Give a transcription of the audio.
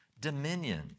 Dominion